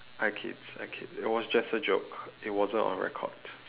I kid I kid it was just a joke it wasn't on record